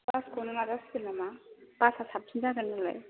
बासखौनो लाजासिगोन नामा बासआ साबसिन जागोन नालाय